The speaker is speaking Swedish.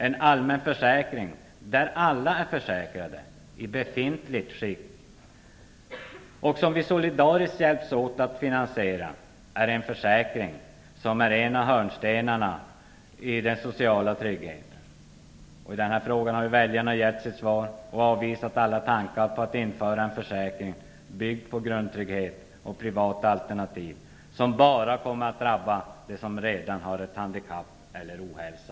En allmän försäkring där alla är försäkrade i befintligt skick och som vi solidariskt hjälps åt att finansiera är en försäkring som är en av hörnstenarna i den sociala tryggheten. I denna fråga har väljarna gett sitt svar och avvisat alla tankar på införandet av en försäkring byggd på en grundtrygghet och privata alternativ. Detta skulle bara drabba dem som redan har ett handikapp eller ohälsa.